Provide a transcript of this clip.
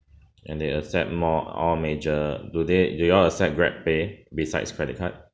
and they accept more all major do they do you all accept grab pay besides credit card